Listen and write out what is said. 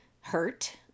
hurt